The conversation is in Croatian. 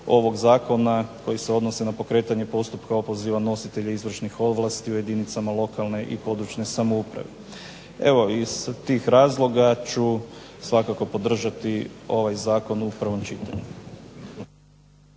ovog Zakona koji se odnose na pokretanje postupka opoziva nositelja izvršnih ovlasti u jedinicama lokalne i područne samouprave. Iz tih razloga ću svakako podržati ovaj Zakon u prvom čitanju.